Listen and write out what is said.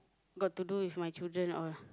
got to do with my children all